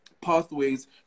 pathways